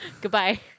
Goodbye